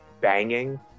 banging